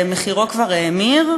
מחירו כבר האמיר.